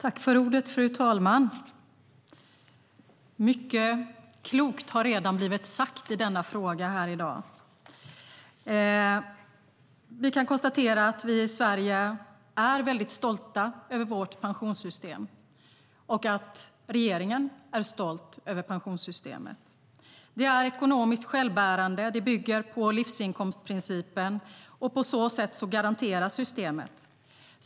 Fru talman! Mycket klokt har redan sagts i denna fråga här i dag. Vi kan konstatera att vi i Sverige är väldigt stolta över vårt pensionssystem och att regeringen är stolt över pensionssystemet. Det är ekonomiskt självbärande. Det bygger på livsinkomstprincipen, och på så sätt garanteras systemet.